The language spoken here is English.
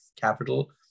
capital